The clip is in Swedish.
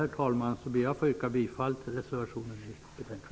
Med det anförda yrkar jag bifall till reservationen som är fogad till betänkandet.